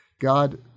God